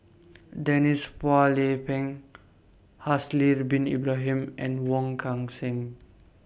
Denise Phua Lay Peng Haslir Bin Ibrahim and Wong Kan Seng